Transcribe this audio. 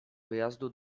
wyjazdu